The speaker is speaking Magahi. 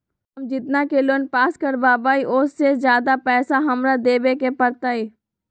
हम जितना के लोन पास कर बाबई ओ से ज्यादा पैसा हमरा देवे के पड़तई?